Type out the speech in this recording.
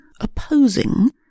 opposing